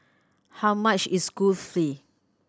how much is Kulfi